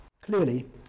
Clearly